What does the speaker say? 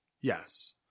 Yes